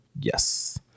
Yes